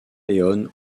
leone